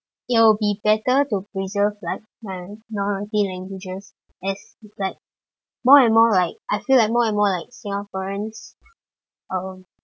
it'll be better to preserve like minority languages as if like more and more like I feel like more like singaporeans um